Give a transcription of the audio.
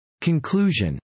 Conclusion